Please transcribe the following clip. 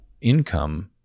income